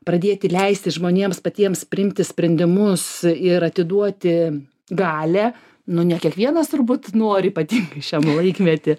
pradėti leisti žmonėms patiems priimti sprendimus ir atiduoti galią nu ne kiekvienas turbūt nori ypatingai šiam laikmetį